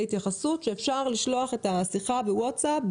התייחסות שאפשר לשלוח את השיחה בווטסאפ,